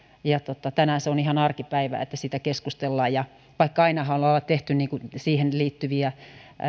tänään se on ihan arkipäivää että siitä keskustellaan vaikka ainahan ollaan tehty siihen liittyviä